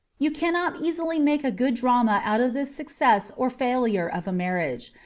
you cannot easily make a good drama out of the success or failure of a marriage,